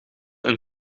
een